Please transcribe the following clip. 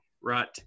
right –